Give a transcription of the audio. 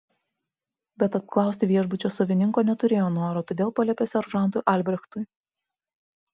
bet apklausti viešbučio savininko neturėjo noro todėl paliepė seržantui albrechtui